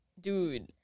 dude